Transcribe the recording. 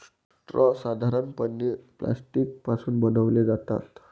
straw साधारणपणे plastic पासून बनवले जातात